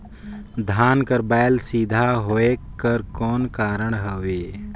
धान कर बायल सीधा होयक कर कौन कारण हवे?